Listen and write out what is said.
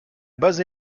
base